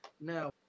Now